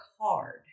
hard